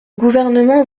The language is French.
gouvernement